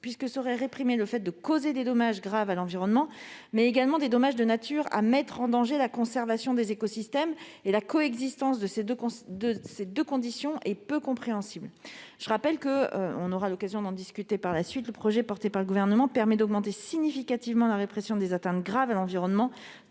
puisque serait réprimé le fait de causer des dommages graves à l'environnement, mais également le fait de causer des dommages de nature à mettre en danger la conservation des écosystèmes. La coexistence de ces deux conditions semble peu compréhensible. Je rappelle que le projet porté par le Gouvernement permet d'augmenter significativement la répression des atteintes graves à l'environnement,